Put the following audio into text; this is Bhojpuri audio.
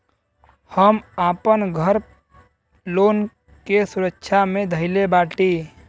हम आपन घर लोन के सुरक्षा मे धईले बाटी